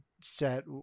set